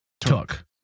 took